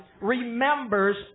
remembers